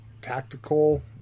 tactical